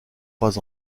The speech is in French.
pas